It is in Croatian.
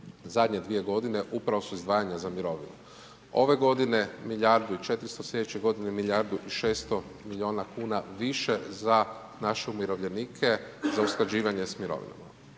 zadnej2 g. upravo su izdvajanja za mirovine, ove g. milijardu i 400 sljedeće g. milijardu i 600 kn milijuna više za naše umirovljenike za usklađivanje s mirovinom.